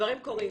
דברים קורים.